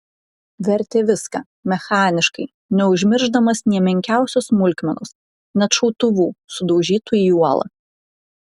vertė viską mechaniškai neužmiršdamas nė menkiausios smulkmenos net šautuvų sudaužytų į uolą